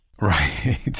Right